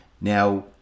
Now